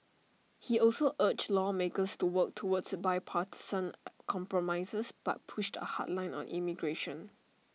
he also urged lawmakers to work toward bipartisan compromises but pushed A hard line on immigration